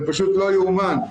זה פשוט לא יאומן.